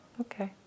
okay